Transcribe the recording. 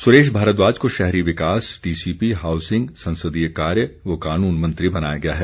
सुरेश भारद्वाज को शहरी विकास टीसीपी हाऊसिंग संसदीय कार्य व कानून मंत्री बनाया गया है